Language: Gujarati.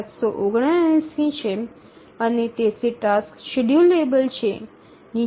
૭૭૯ છે અને તેથી ટાસ્ક શેડ્યૂલેબલ છે